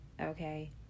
okay